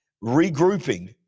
regrouping